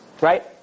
right